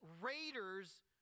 raiders